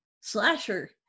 Slasher